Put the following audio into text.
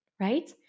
right